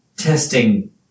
Testing